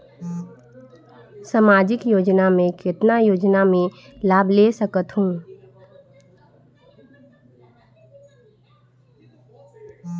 समाजिक योजना मे कतना योजना मे लाभ ले सकत हूं?